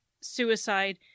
Suicide